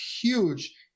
huge